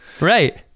Right